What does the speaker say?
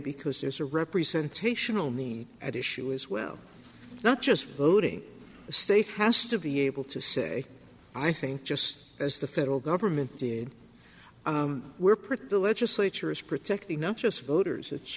because there's a representation will need at issue as well not just voting state has to be able to say i think just as the federal government did we're pretty the legislature is protecting not just voters it's